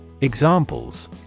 Examples